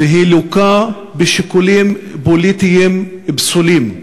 והיא לוקה בשיקולים פוליטיים פסולים.